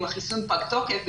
אם החיסון פג תוקף,